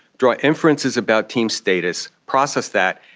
draw inferences about team status, process that,